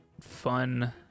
fun